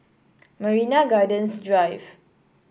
Marina Gardens Drive